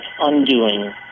undoing